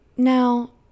Now